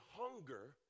hunger